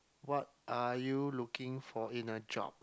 what are you looking for in a job